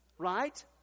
Right